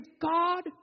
God